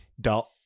Dot